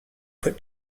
put